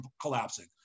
collapsing